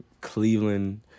Cleveland